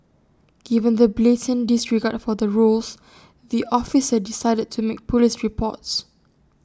given the blatant disregard for the rules the officer decided to make Police reports